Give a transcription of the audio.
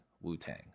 Wu-Tang